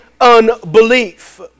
unbelief